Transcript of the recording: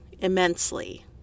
immensely